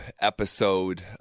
episode